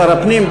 שר הפנים,